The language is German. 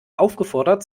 aufgefordert